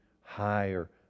higher